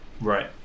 right